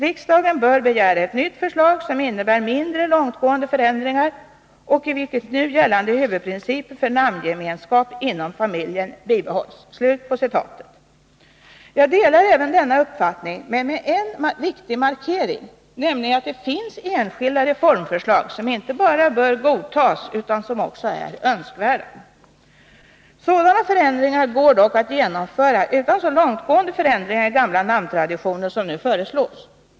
Riksdagen bör begära ett nytt förslag som innebär mindre långtgående förändringar och i vilket nu gällande huvudprinciper för namngemenskap inom familjen bibehålls.” Jag delar även denna uppfattning, men med den markeringen att det finns enskilda reformförslag som inte bara bör godtas utan som också är önskvärda. Sådana förändringar går dock att genomföra utan så långtgående förändringar i gamla namntraditioner som nu föreslås.